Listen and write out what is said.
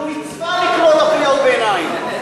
זו מצווה לקרוא לו קריאות ביניים.